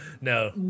No